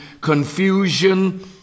confusion